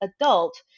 adult